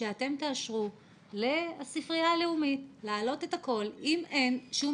שאתם תאשרו לספרייה הלאומית להעלות את הכול אם אין שום